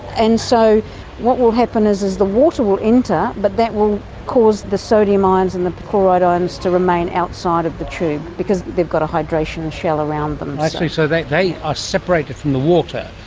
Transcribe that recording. and so what will happen is is the water will enter but that will cause the sodium ions and the chloride ions to remain outside of the tube because they've got a hydration shell around them. i see, so they they are separated from the water.